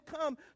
come